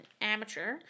amateur